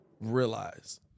realize